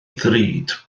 ddrud